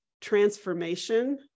transformation